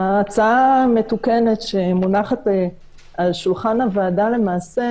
ההצעה המתוקנת שמונחת על שולחן הוועדה למעשה